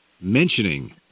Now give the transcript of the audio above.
mentioning